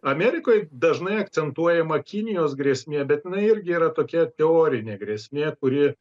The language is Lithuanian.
amerikoj dažnai akcentuojama kinijos grėsmė bet jinai irgi yra tokia teorinė grėsmė kuri